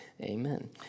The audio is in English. Amen